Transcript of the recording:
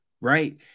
right